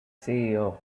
ceo